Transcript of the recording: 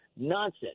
nonsense